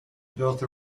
built